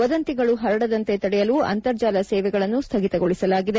ವದಂತಿಗಳು ಹರಡದಂತೆ ತಡೆಯಲು ಅಂತರ್ಜಾಲ ಸೇವೆಗಳನ್ನು ಸ್ನಗಿತಗೊಳಿಸಲಾಗಿದೆ